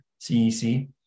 CEC